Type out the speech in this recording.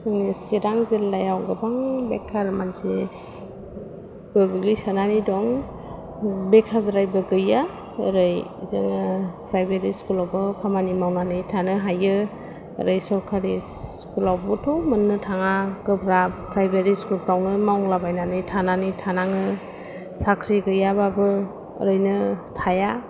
जोंनि चिरां जिल्लायाव गोबां बेखार मानसिबो गोग्लैसोनानै दं बेखारद्रायबो गैया ओरै जोङो प्राइभेट स्कुलावबो खामानि मावनानै थानो हायो ओरै सरकारि स्कुलावबोथ' मोन्नो थाङा गोब्राब प्राइभेट स्कुलफ्रावनो मावला बायनानै थानानै थानाङो साख्रि गैयाबाबो ओरैनो थाया